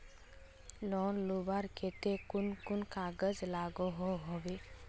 Loan लुबार केते कुन कुन कागज लागोहो होबे?